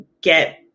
get